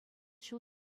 ҫул